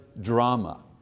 drama